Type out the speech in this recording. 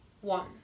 one